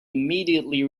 immediately